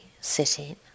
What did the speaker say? sitting